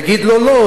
יגיד לו לא,